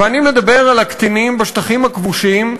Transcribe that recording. ואני מדבר על הקטינים בשטחים הכבושים,